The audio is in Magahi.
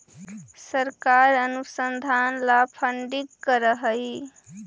सरकार अनुसंधान ला फंडिंग करअ हई